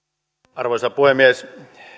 arvoisa puhemies